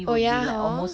oh ya hor